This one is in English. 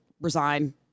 resign